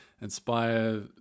inspire